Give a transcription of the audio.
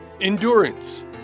endurance